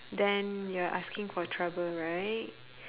then you're asking for trouble right